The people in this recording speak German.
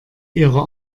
ihrer